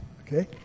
Okay